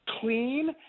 clean